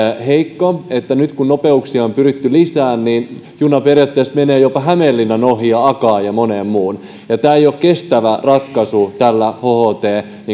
heikko että nyt kun nopeuksia on pyritty lisäämään juna periaatteessa menee jopa hämeenlinnan ohi ja akaan ja monen muun tämä ei ole kestävä ratkaisu tällä hht